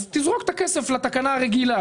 תזרוק את הכסף לתקנה הרגילה.